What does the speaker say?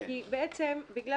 כי בעצם בגלל